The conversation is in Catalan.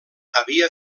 havia